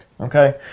okay